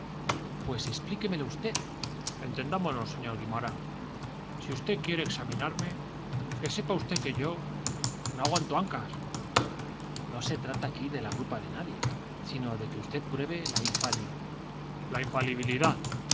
pues explíquemelo usted entendámonos señor guimarán si usted quiere examinarme sepa usted que yo no aguanto ancas no se trata aquí de la grupa de nadie sino de que usted pruebe la infali la infalibidad